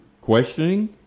questioning